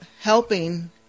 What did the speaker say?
helping